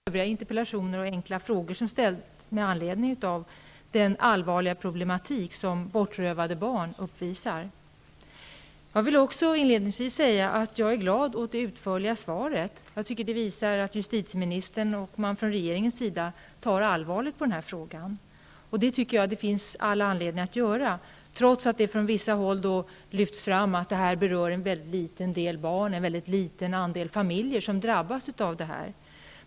Fru talman! Även jag vill tacka justitieministern för svaret på interpellationen och för svaren på de övriga interpellationer och enkla frågor som ställts med anledning av den allvarliga problematik som frågan om bortrövade barn uppvisar. Jag vill också inledningsvis säga att jag är glad åt det utförliga svaret. Jag tycker att det visar att justitieministern och regeringen tar allvarligt på den här frågan, och det tycker jag att det finns all anledning att göra, trots att det från vissa håll lyfts fram att det är ett mycket litet antal familjer som drabbas.